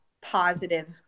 positive